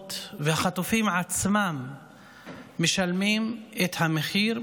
והמשפחות והחטופים עצמם משלמים את המחיר,